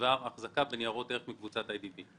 בדבר החזקה בניירות ערך מקבוצת אי די בי.